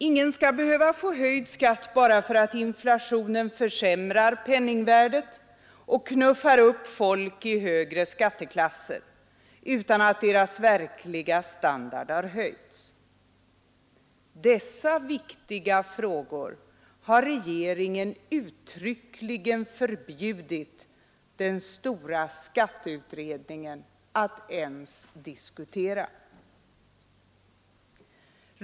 Ingen skall behöva få höjd skatt bara därför att inflationen försämrar penningvärdet och knuffar upp folk i högre skatteklasser utan att deras verkliga standard höjs. Dessa viktiga frågor har regeringen uttryckligen förbjudit den stora skatteutredningen att ens diskutera.